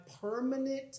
permanent